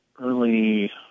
early